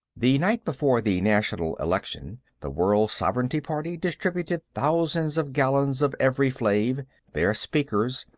the night before the national election, the world sovereignty party distributed thousands of gallons of evri-flave their speakers,